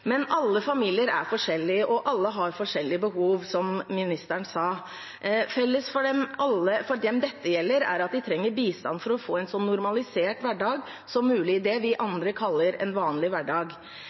Men alle familier er forskjellige, og alle har forskjellige behov, som ministeren sa. Felles for dem dette gjelder, er at de trenger bistand for å få en så normalisert hverdag som mulig – det vi